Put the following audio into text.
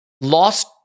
Lost